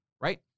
right